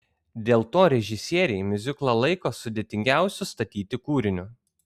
dėl to režisieriai miuziklą laiko sudėtingiausiu statyti kūriniu